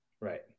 Right